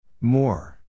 More